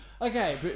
Okay